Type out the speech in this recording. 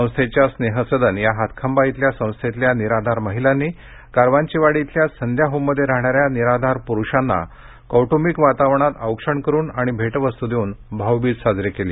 संस्थेच्या स्नेहसदन या हातखंबा इथल्या संस्थेतल्या निराधार महिलांनी कारवांचीवाडी इथल्या संध्याहोममध्ये राहणाऱ्या निराधार पुरुषांना कौटुंबिक वातावरणात औक्षण करून आणि भेटवस्तू देऊन भाऊबीज साजरी केली